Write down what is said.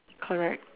correct